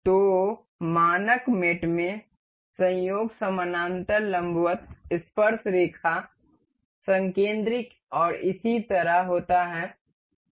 तो मानक साथी में संयोग समानांतर लंबवत स्पर्शरेखा संकिंद्रिक और इसी तरह होता है